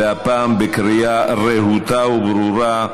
והפעם בקריאה רהוטה וברורה,